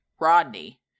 Rodney